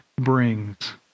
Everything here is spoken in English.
brings